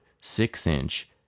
six-inch